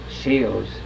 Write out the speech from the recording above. Shields